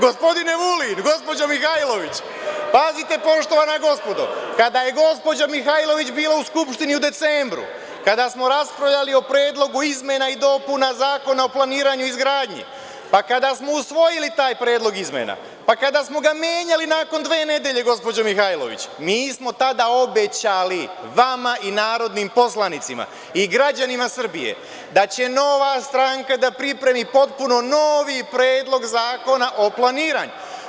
Gospodine Vulin, gospođo Mihajlović, pazite poštovana gospodo, kada je gospođa Mihajlović bila u Skupštini u decembru kada smo raspravljali o Predlogu izmena i dopuna Zakona o planiranju i izgradnji, kada smo usvojili taj predlog izmena, kada smo ga menjali nakon dve nedelje gospođo Mihajlović mi smo tada obećali vama i narodnim poslanicima i građanima Srbije da će Nova stranka da pripremi potpuno novi Predlog zakona o planiranju.